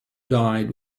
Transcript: dyed